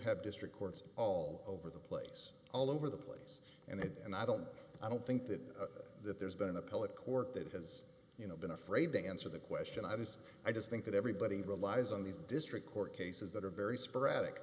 have district courts all over the place all over the place and i don't i don't think that that there's been an appellate court that has you know been afraid to answer the question i was i just think that everybody relies on these district court cases that are very sporadic